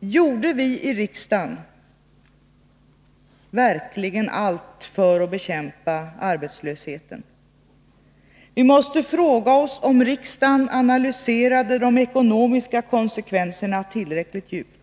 Gjorde vi i riksdagen verkligen allt för att bekämpa arbetslösheten? Vi måste fråga oss om riksdagen analyserade de ekonomiska konsekvenserna tillräckligt djupt.